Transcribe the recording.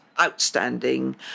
outstanding